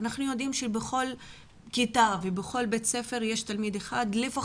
אנחנו יודעים שבכל כיתה ובכל בית ספר יש לפחות